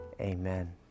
Amen